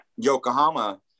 Yokohama